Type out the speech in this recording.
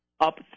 up